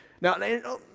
now